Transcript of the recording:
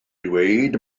dweud